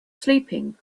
sleeping